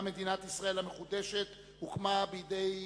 גם מדינת ישראל המחודשת הוקמה בידי עם,